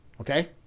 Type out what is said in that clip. Okay